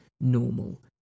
normal